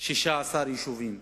16 יישובים.